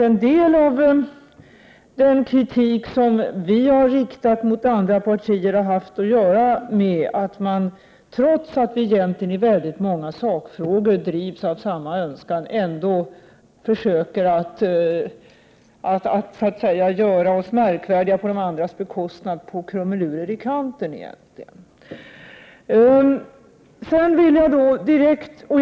En del av den kritik som socialdemokraterna har riktat mot andra partier har haft att göra med att man, trots att vi egentligen i många sakfrågor drivs av samma önskan, försöker att göra sig märkvärdig på andras bekostnad på grund av krumelurer i kanten.